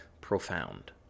profound